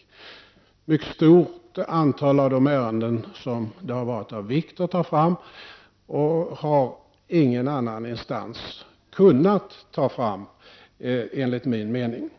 Ett mycket stort antal av de ärenden som har varit av vikt har ingen annan instans kunnat ta fram, enligt min mening.